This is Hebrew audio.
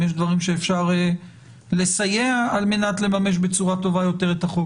אם יש דברים שאפשר לסייע על מנת לממש בצורה טובה יותר את החוק,